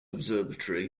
observatory